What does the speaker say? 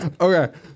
Okay